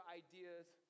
ideas